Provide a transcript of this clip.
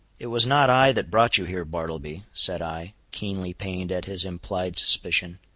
it was not i that brought you here, bartleby, said i, keenly pained at his implied suspicion.